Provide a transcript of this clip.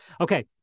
Okay